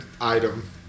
item